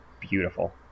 beautiful